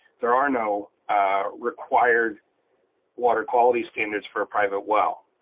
there are no required water quality standards for a private well.